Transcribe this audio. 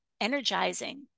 energizing